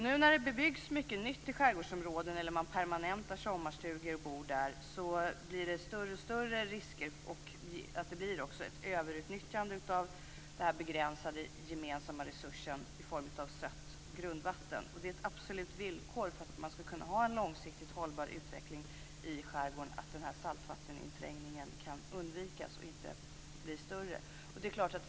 Nu när det bebyggs mycket nytt i skärgårdsområdena och sommarstugeboende permanentas blir det större risker för överutnyttjande av den begränsade gemensamma resursen i form av sött grundvatten. Det är ett absolut villkor för att man skall kunna ha en långsiktigt hållbar utveckling i skärgården att saltvatteninträngningen kan undvikas och inte blir större.